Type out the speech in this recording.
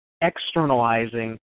externalizing